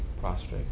prostrate